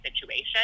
situation